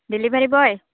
delivery boy